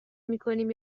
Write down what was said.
میکنیم